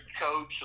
coach